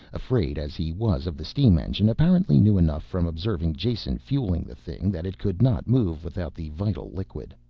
afraid as he was of the steam engine, apparently knew enough from observing jason fueling the thing that it could not move without the vital liquid.